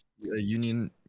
union